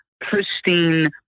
pristine